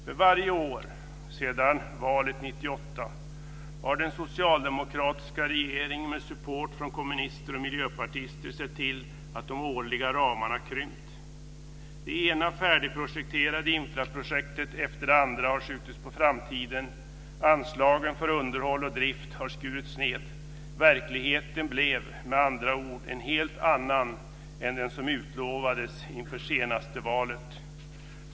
För varje år sedan valet 1998 har den socialdemokratiska regeringen med support från kommunister och miljöpartister sett till att de årliga ramarna krympt. Det ena färdigprojekterade infrastrukturprojektet efter det andra har skjutits på framtiden. Anslagen för underhåll och drift har skurits ned. Verkligheten blev med andra ord en helt annan än den som utlovades inför senaste valet.